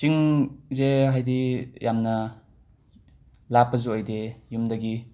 ꯆꯤꯡꯁꯦ ꯍꯥꯏꯗꯤ ꯌꯥꯝꯅ ꯂꯥꯞꯄꯁꯨ ꯑꯣꯏꯗꯦ ꯌꯨꯝꯗꯒꯤ